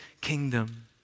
kingdom